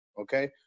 Okay